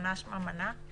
אמנה שממנה?